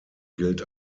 gilt